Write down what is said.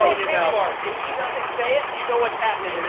yeah bar? if she doesn't say it, you know what's happening